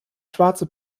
schwarze